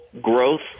growth